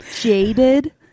jaded